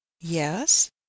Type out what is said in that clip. yes